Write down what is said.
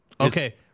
Okay